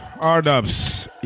R-dubs